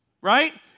right